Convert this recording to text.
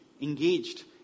engaged